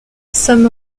some